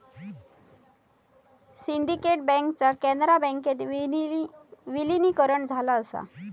syndicate बँकेचा कॅनरा बँकेत विलीनीकरण झाला असा